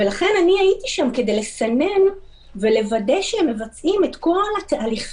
לכן הייתי שם כדי לסנן ולוודא שהם מבצעים את כל התהליכים,